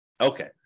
Okay